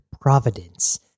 Providence